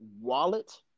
wallet